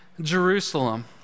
Jerusalem